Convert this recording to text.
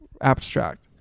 abstract